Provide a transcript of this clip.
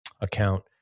account